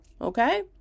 Okay